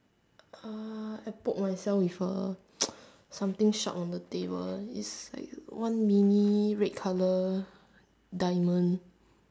uh I poke myself with a something sharp on the table is like one mini red color diamond